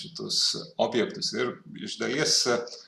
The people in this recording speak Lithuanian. kitus objektus ir iš dalies